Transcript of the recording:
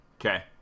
okay